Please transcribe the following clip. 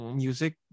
music